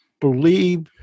believe